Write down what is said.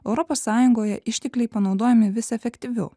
europos sąjungoje ištekliai panaudojami vis efektyviau